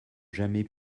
jamais